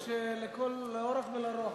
זה התירוץ שלכל, לאורך ולרוחב.